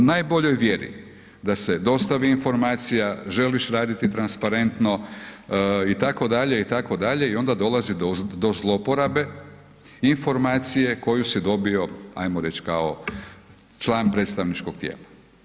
U najboljoj vjeri da se dostavi informacija, želiš raditi transparentno itd., itd. i onda dolazi do zlouporabe inforamcije koju si dobio ajmo reći kao član predstavničkog tijela.